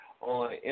on